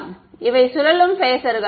மாணவர் இவை சுழலும் பேஸர்கள்